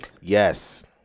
Yes